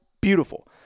beautiful